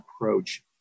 approach